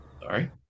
Sorry